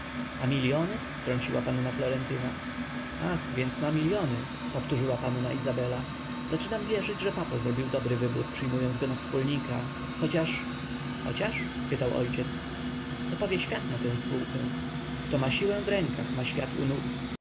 a miliony wtrąciła panna florentyna ach więc ma miliony powtórzyła panna izabela zaczynam wierzyć że papo zrobił dobry wybór przyjmując go na wspólnika chociaż chociaż spytał ojciec co powie świat na tę spółkę kto ma siłę w rękach ma świat